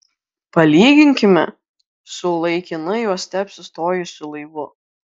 palyginkime su laikinai uoste apsistojusiu laivu